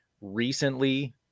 Recently